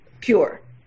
pure